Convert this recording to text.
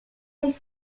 kaj